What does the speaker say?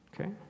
Okay